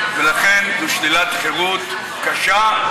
ולכן זו שלילת חירות קשה,